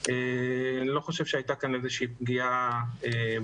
אני לא חושב שהייתה כאן איזושהי פגיעה בפועל.